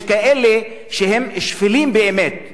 יש כאלה שהם שפלים באמת וקיצונים,